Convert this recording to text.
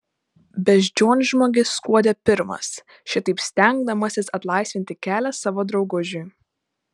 beždžionžmogis skuodė pirmas šitaip stengdamasis atlaisvinti kelią savo draugužiui